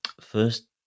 First